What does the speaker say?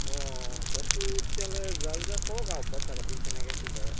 অ বস্তু তেতিয়াহ'লে যা যোগাৰ কৰক আৰু পইচা পাতি কেনেকৈ কি কৰে